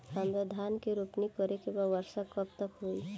हमरा धान के रोपनी करे के बा वर्षा कब तक होई?